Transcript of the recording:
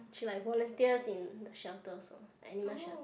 she like volunteers in shelters also animal shelter